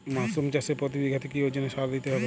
Mushroom চাষে প্রতি বিঘাতে কি ওজনে সার দিতে হবে?